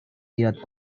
زیاد